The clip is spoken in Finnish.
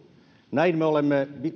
näin me olemme